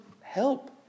help